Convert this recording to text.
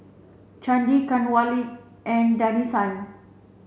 Chandi Kanwaljit and Danesan